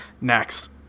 Next